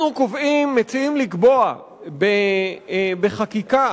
אנחנו מציעים לקבוע בחקיקה